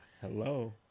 Hello